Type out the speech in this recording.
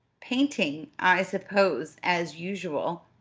painting, i suppose, as usual.